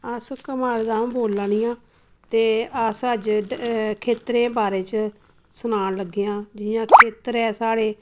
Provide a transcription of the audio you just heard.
अस कमाले दा बोल्ला नी आं ते अस अज्ज खेत्तरें बारे च सनान लग्गे आं जियां खेत्तर ऐ साढ़े